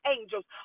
angels